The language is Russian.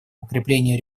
укрепление